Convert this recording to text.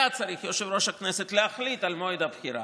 היה צריך יושב-ראש הכנסת להחליט על מועד הבחירה,